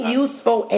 useful